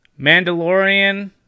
mandalorian